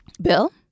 Bill